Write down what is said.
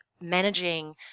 managing